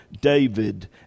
David